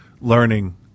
learning